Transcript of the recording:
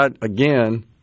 again